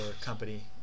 company